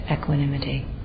equanimity